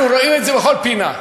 אנחנו רואים את זה בכל פינה.